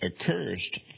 accursed